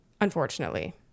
unfortunately